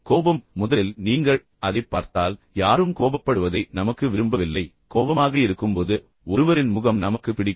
கோபம் முதலில் நீங்கள் அதைப் பார்த்தால் யாரும் கோபப்படுவதை நமக்கு விரும்பவில்லை கோபமாக இருக்கும்போது ஒருவரின் முகம் நமக்கு பிடிக்காது